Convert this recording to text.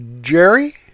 Jerry